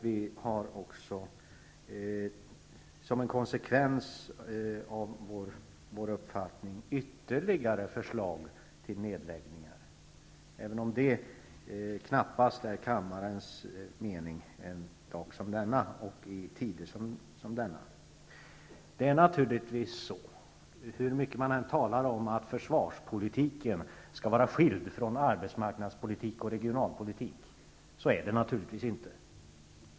Vi har också som en konsekvens av vår uppfattning ytterligare förslag till nedläggningar, även om det knappast är kammarens mening en dag som denna och i tider som dessa. Hur mycket man än talar om att försvarspolitiken skall vara skild från arbetsmarknadspolitik och regionalpolitik, är det naturligtvis inte så.